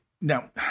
Now